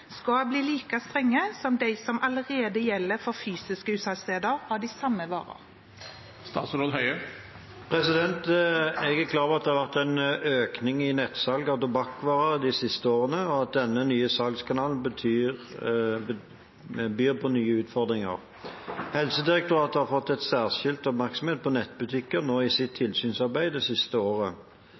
skal bli like strenge som de som allerede gjelder for fysiske utsalgssteder av de samme varene?» Jeg er klar over at det har vært en økning i nettsalg av tobakksvarer de siste årene, og at denne nye salgskanalen byr på nye utfordringer. Helsedirektoratet har hatt særskilt oppmerksomhet på nettbutikker i sitt tilsynsarbeid det siste året.